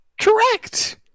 Correct